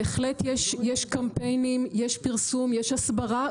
בהחלט יש קמפיינים, יש פרסום, יש הסברה.